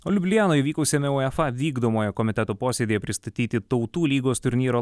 o liublianoj vykusiame uefa vykdomojo komiteto posėdyje pristatyti tautų lygos turnyro